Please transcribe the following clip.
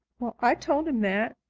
i told him that.